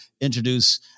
introduce